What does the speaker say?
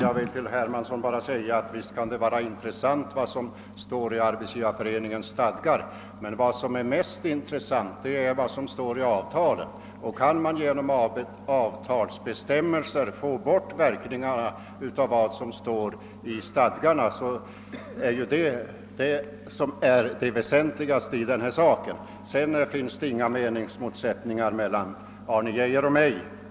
Herr talman! Jag vill till herr Hermansson bara säga att vad som står i Arbetsgivareföreningens stadgar visst kan vara av intresse. Men mest intressant är vad som står i avtalen. Kan man genom avtalsbestämmelser få bort verkningarna av vad som står i stadgarna så har man uppnått det väsentligaste i denna sak. Mellan Arne Geijer och mig finns ingen meningsmotsättning.